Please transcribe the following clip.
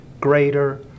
greater